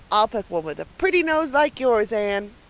i'll pick one with a pretty nose like yours, anne.